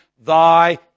thy